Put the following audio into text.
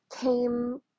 came